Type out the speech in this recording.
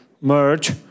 merge